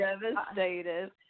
devastated